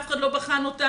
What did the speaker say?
אף אחד לא בחן אותה.